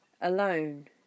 alone